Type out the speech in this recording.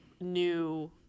new